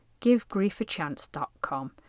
givegriefachance.com